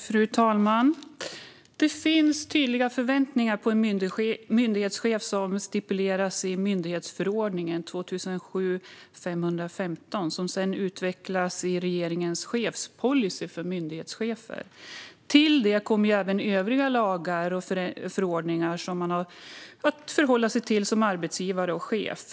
Fru talman! Det finns tydliga förväntningar på en myndighetschef som stipuleras i myndighetsförordningen 2007:515 och som sedan utvecklas i regeringens chefspolicy för myndighetschefer. Till det kommer även övriga lagar och förordningar som man har att förhålla sig till som arbetsgivare och chef.